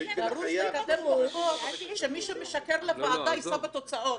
דרוש לקבל פה חוק שמי שמשקר לוועדה יישא בתוצאות,